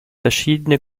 verschiedene